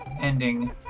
ending